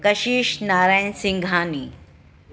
Kashish Narayan Singhani